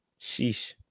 Sheesh